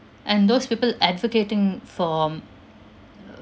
and those people advocating for um uh